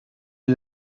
est